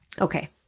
Okay